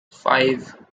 five